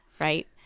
right